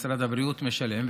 משרד הבריאות משלם על זה,